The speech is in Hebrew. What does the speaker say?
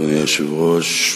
אדוני היושב-ראש,